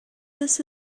this